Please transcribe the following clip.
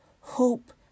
hope